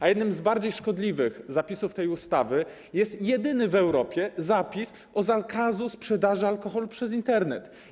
A jednym z bardziej szkodliwych zapisów tej ustawy jest jedyny w Europie zapis zakazujący sprzedaży alkoholu przez Internet.